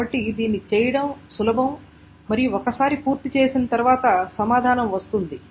కాబట్టి దీన్ని చేయడం సులభం మరియు ఒకసారి పూర్తి చేసిన తర్వాత సమాధానం వస్తుంది